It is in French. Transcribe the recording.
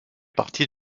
partie